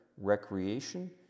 recreation